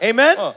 Amen